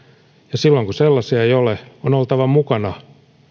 ja silloin kun sellaisia ei ole on oltava mukana